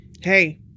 Hey